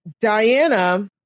Diana